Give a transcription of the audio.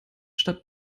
stadt